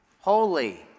holy